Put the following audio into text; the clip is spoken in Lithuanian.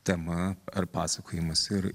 tema ar pasakojimas ir